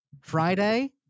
Friday